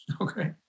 Okay